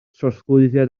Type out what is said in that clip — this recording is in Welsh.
trosglwyddiad